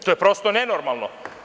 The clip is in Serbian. To je prosto nenormalno.